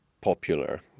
popular